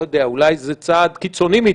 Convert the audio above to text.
אולי זה צעד קיצוני מדיי.